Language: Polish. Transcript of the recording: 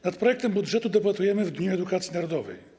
Nad projektem budżetu debatujemy w Dniu Edukacji Narodowej.